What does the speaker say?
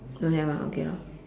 don't have ah okay lor